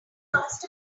lost